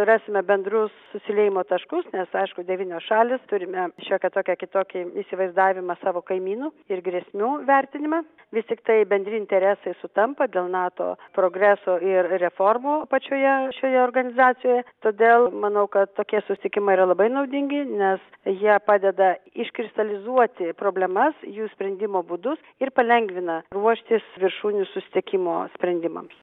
rasime bendrus susiliejimo taškus nes aišku devynios šalys turime šiokią tokią kitokį įsivaizdavimą savo kaimynų ir grėsmių vertinime vis tiktai bendri interesai sutampa dėl nato progreso ir reformų pačioje šioje organizacijoje todėl manau kad tokie susitikimai yra labai naudingi nes jie padeda iškristalizuoti problemas jų sprendimo būdus ir palengvina ruoštis viršūnių susitikimo sprendimams